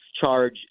charge